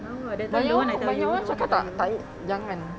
but you know banyak orang cakap tak jangan